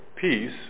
peace